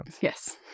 Yes